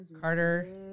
Carter